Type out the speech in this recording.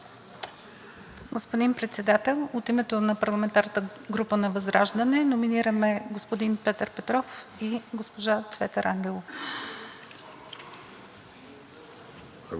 Господин Председател, от името на парламентарната група на ВЪЗРАЖДАНЕ номинираме господин Петър Петров и госпожа Цвета Рангелова.